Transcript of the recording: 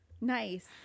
Nice